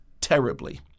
terribly